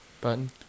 button